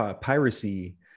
piracy